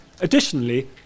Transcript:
Additionally